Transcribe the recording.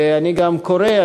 ואני גם קורא,